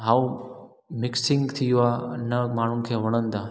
हाऊ mixing थी वियो आहे न माण्हू खे वणनि था